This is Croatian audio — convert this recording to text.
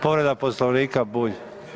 Povreda Poslovnika Bulj.